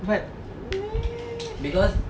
but !ee!